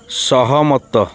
ସହମତ